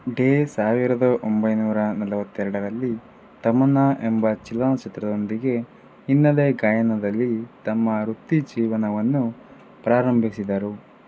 day ಸಾವಿರದ ಒಂಬೈನೂರ ನಲವತ್ತೆರಡರಲ್ಲಿ ತಮನ್ನಾ ಎಂಬ ಚಲನಚಿತ್ರದೊಂದಿಗೆ ಹಿನ್ನೆಲೆ ಗಾಯನದಲ್ಲಿ ತಮ್ಮ ವೃತ್ತಿ ಜೀವನವನ್ನು ಪ್ರಾರಂಭಿಸಿದರು